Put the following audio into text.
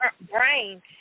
brain